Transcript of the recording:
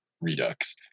redux